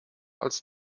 als